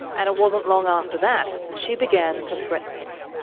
and it wasn't long after that she began to threaten him.